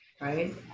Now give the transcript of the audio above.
right